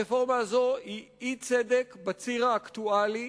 הרפורמה הזו היא אי-צדק בציר האקטואלי,